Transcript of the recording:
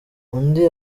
undi